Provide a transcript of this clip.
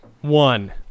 One